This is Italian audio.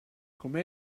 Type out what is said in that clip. come